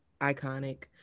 iconic